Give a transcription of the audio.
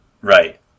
Right